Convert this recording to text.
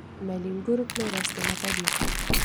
mėlyngurklių rasti nepavyko